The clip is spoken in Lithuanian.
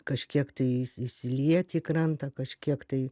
kažkiek tais įsilieti į krantą kažkiek tai